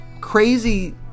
Crazy